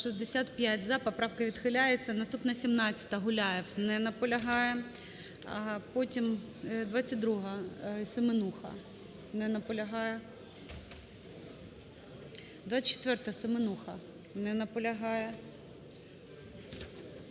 Наступна 17-а. Гуляєв. Не наполягає. Потім 22-а. Семенуха. Не наполягає. 24-а. Семенуха. Не наполягає.